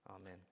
Amen